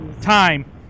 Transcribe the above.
Time